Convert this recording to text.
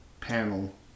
panel